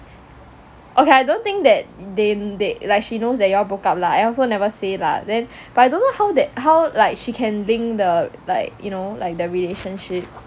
okay I don't think that they they like she knows that you all broke up lah I also never say lah then but I don't know how that how like she can link the like you know like the relationship